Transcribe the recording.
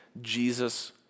Jesus